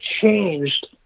changed